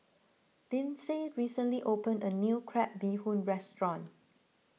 Lyndsay recently opened a new Crab Bee Hoon restaurant